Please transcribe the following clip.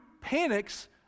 panics